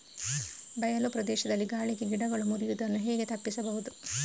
ಬಯಲು ಪ್ರದೇಶದಲ್ಲಿ ಗಾಳಿಗೆ ಗಿಡಗಳು ಮುರಿಯುದನ್ನು ಹೇಗೆ ತಪ್ಪಿಸಬಹುದು?